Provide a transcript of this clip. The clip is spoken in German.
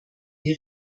die